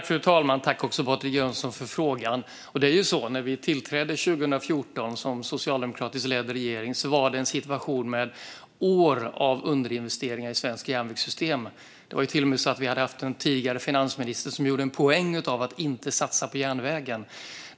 Fru talman! Jag tackar Patrik Jönsson för frågan. När vi tillträdde som socialdemokratiskt ledd regering 2014 var det i en situation med år av underinvesteringar i det svenska järnvägssystemet. En tidigare finansminister hade till och med gjort en poäng av att inte satsa på järnvägen.